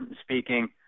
speaking